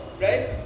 right